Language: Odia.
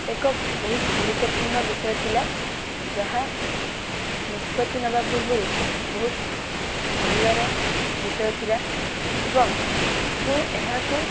ଏକ ବହୁତ ଗୁରୁତ୍ୱପୂର୍ଣ୍ଣ ବିଷୟ ଥିଲା ଯାହା ନିଷ୍ପତି ନେବା ପୂର୍ବରୁ ବହୁତ ଭାବିବାର ବିଷୟ ଥିଲା ଏବଂ ମୁଁ ଏହାକୁ